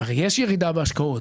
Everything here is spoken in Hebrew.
יש ירידה בהשקעות,